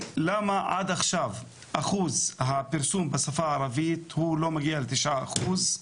למה עד עכשיו אחוז הפרסום בשפה הערבית הוא לא מגיע לתשעה אחוז,